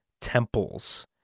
temples